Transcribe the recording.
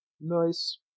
Nice